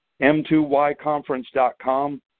m2yconference.com